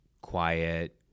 quiet